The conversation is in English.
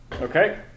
Okay